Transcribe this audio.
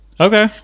okay